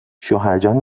شوهرجان